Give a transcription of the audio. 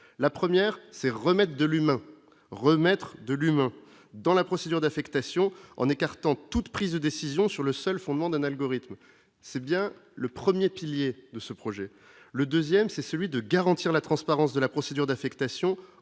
de l'humain, remettre de l'humain dans la procédure d'affectation en écartant toute prise de décision sur le seul fondement d'un algorithme c'est bien le 1er pilier de ce projet, le 2ème, c'est celui de garantir la transparence de la procédure d'affectation,